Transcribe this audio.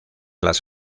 las